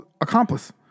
accomplice